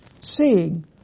seeing